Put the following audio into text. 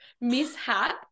mishap